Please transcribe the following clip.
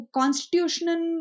constitutional